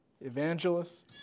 evangelists